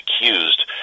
accused